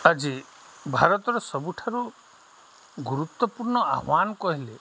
ଆଜି ଭାରତର ସବୁଠାରୁ ଗୁରୁତ୍ୱପୂର୍ଣ୍ଣ ଆହ୍ୱାନ୍ କହିଲେ